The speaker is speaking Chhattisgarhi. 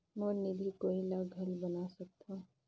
मोर निधि कोई ला घल बना सकत हो?